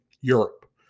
Europe